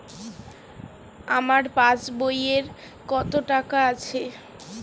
আমার পাস বইয়ে কত টাকা আছে?